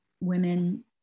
women